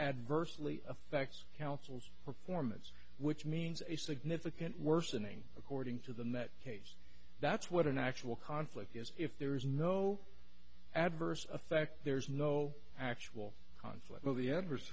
adversely affects councils performance which means a significant worsening according to the met case that's what an actual conflict is if there is no adverse effect there is no actual conflict of the adverse